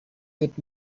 with